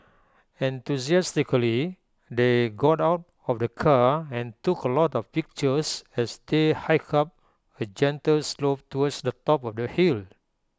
enthusiastically they got out of of the car and took A lot of pictures as they hiked up A gentle slope towards the top of the hill